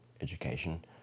education